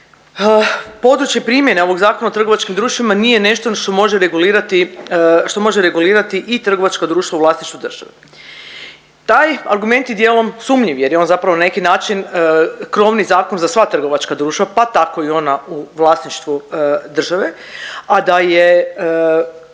područje primjene ovog Zakona o trgovačkim društvima nije nešto što može regulirati, što može regulirati i trgovačka društva u vlasništvu države. Taj argument je dijelom sumnjiv jer je on zapravo na neki način krovni zakon za sva trgovačka društva, pa tako i ona u vlasništvu države. A da je